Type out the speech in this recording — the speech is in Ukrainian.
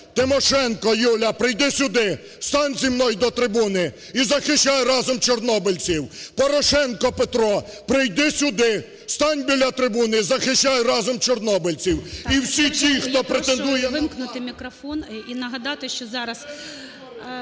Тимошенко Юля, прийди сюди, стань зі мною до трибуни і захищай разом чорнобильців! Порошенко Петро, прийди сюди, стань біля трибуни і захищай разом чорнобильців! І всі ті, хто претендують…